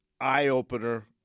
eye-opener